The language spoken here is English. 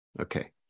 Okay